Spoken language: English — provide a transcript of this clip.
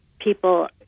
people